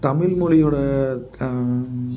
தமிழ்மொழியோட